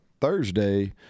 Thursday